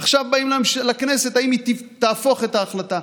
עכשיו באים לכנסת: האם היא תהפוך את ההחלטה?